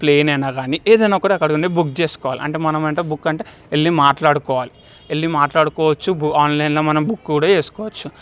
plane అయినా కాని ఏదైనా ఒక దగ్గరనే బుక్ చేసుకోవాలి మనమేమంటే బుక్ అంటే వెళ్ళి మాట్లాడుకోవాలి కాని మాట్లాడుకోవచ్చు ఆన్లైన్లో మనం బుక్ కూడా చేసుకోవచ్చు